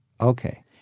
Okay